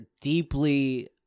deeply